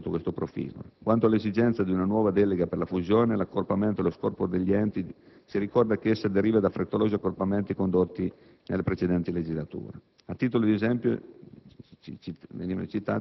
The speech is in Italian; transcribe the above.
sono risultate decisive sotto questo profilo. Quanto all'esigenza di una nuova delega per la fusione, l'accorpamento o lo scorporo degli enti, si ricorda che essa deriva da frettolosi accorpamenti condotti nella precedente legislatura. A titolo di esempio,